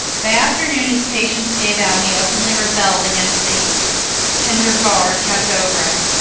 by afternoon his patience gave out, and he openly rebelled against the tender guard kept over him.